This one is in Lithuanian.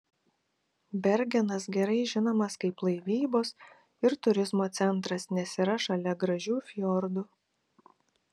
bergenas gerai žinomas kaip laivybos ir turizmo centras nes yra šalia gražių fjordų